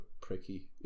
pricky